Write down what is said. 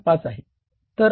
5 आहे